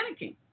panicking